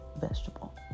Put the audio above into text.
vegetable